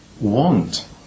want